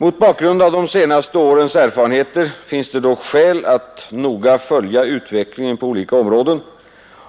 Mot bakgrund av de senaste årens erfarenheter finns det dock skäl att noga följa utvecklingen på olika områden